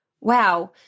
Wow